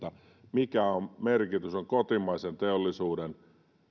mikä merkitys on kotimaisen teollisuuden